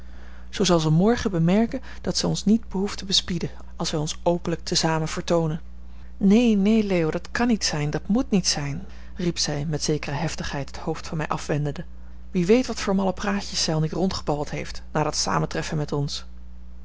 zoo zal zij morgen bemerken dat zij ons niet behoeft te bespieden als wij ons openlijk te zamen vertoonen neen neen leo dat kan niet dat moet niet zijn riep zij met zekere heftigheid het hoofd van mij afwendende wie weet wat voor malle praatjes zij al niet rondgebabbeld heeft na dat samentreffen met ons